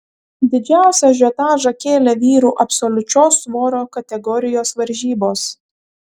didžiausią ažiotažą kėlė vyrų absoliučios svorio kategorijos varžybos